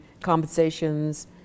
compensations